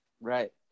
Right